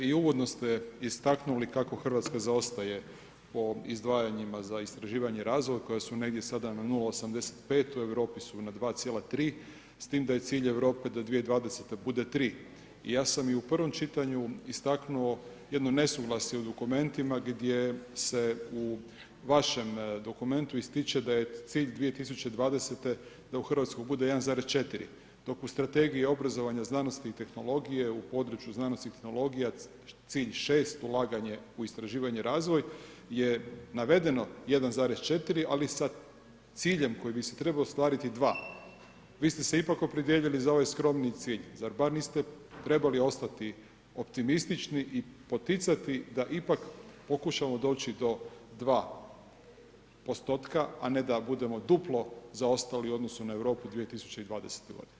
Uvaženi državni tajniče, i uvodno ste istaknuli kako Hrvatska zaostaje po izdvajanjima za istraživanje i razvoj pa koja su negdje sada na 0,85, u Europi su na 2,3 s tim da je cilj Europe da 2020. bude 3. Ja sam i u prvom čitanju istaknuo jedno nesuglasje u dokumentima gdje se u vašem dokumentu ističe da je cilj 2020. da u Hrvatskoj bude 1,4 dok u strategiji obrazovanja, znanosti i tehnologije u području znanosti i tehnologija cilj 6. ulaganje u istraživanje i razvoj je navedeno 1,4 ali sa ciljem koji bi se trebao ostvariti 2. Vi ste se ipak opredijelili za ovaj skromniji cilj, zar bar niste trebali ostati optimistični i poticati da ipak pokušamo doći do 2 postotka, a ne da budemo duplo zaostali u odnosu na Europu 2020. godine?